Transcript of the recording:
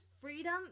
freedom